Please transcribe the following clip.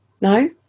No